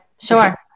sure